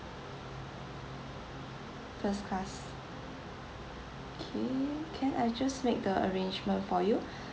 first class okay can I just make the arrangement for you